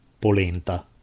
polenta